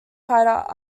fighter